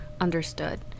understood